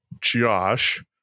josh